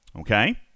okay